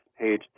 page